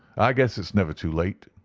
i guess it's never too late.